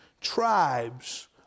tribes